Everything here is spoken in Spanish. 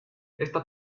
esta